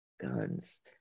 Guns